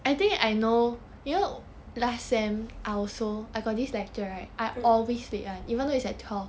mm